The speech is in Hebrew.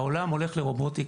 העולם הולך לרובוטיקה.